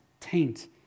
taint